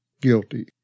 guilty